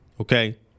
okay